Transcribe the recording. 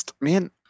man